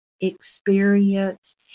experience